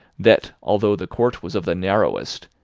that although the court was of the narrowest,